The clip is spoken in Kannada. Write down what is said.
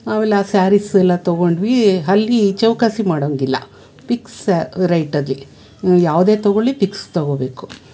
ಆಮೇಲೆ ಆ ಸ್ಯಾರಿಸೆಲ್ಲ ತೊಗೊಂಡ್ವಿ ಅಲ್ಲಿ ಚೌಕಾಸಿ ಮಾಡೊಂಗಿಲ್ಲ ಫಿಕ್ಸ್ ರೈಟಲ್ಲಿ ಯಾವುದೇ ತೊಗೊಳ್ಳಿ ಫಿಕ್ಸ್ ತೊಗೊಬೇಕು